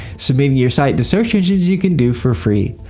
submitting your site to search engines you can do for free.